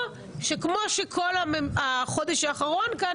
או שכמו כל החודש האחרון כאן,